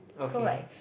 so like